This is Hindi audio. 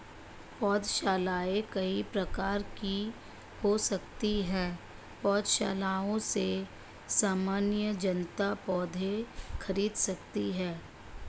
पौधशालाएँ कई प्रकार की हो सकती हैं पौधशालाओं से सामान्य जनता पौधे खरीद सकती है